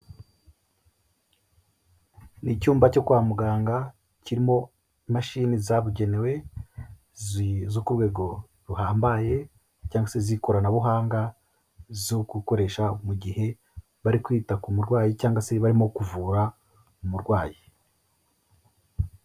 Ni icyuyumba cyo kwa muganga kirimo imashini zabugenewe zo ku rwego ruhambaye, cyangwagse z'ikoranabuhanga zo gukoresha mu gihe bari kwita ku murwayi cyangwa se barimo kuvura umurwayi.